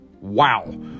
wow